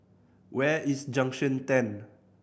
where is Junction Ten